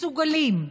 מסוגלים.